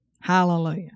Hallelujah